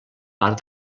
part